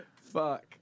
Fuck